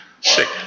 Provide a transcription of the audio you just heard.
sick